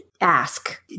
Ask